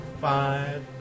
five